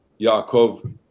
Yaakov